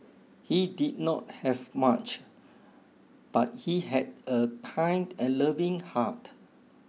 he did not have much but he had a kind and loving heart